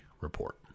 Report